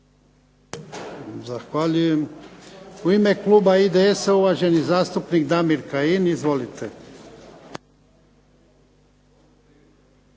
Zahvaljujem. U ime kluba IDS-a uvaženi zastupnik Damir Kajin. Izvolite.